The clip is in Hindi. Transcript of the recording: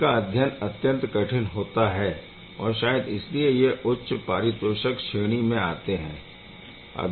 इनका अध्ययन अत्यंत कठिन होता है और शायद इसलिए यह उच्च परितोषिक श्रेणी में आते है